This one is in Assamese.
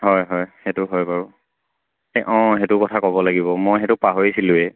হয় হয় সেইটো হয় বাৰু অঁ সেইটো কথা ক'ব লাগিব মই সেইটো পাহৰিছিলোঁই